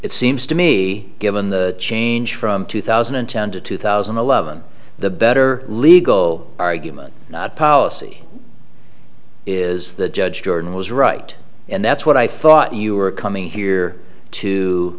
it seems to me given the change from two thousand and ten to two thousand and eleven the better legal argument policy is that judge jordan was right and that's what i thought you were coming here to